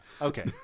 okay